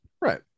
Right